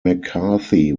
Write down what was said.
mccarthy